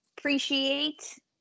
Appreciate